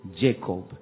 Jacob